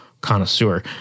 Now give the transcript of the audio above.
connoisseur